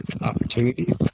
opportunities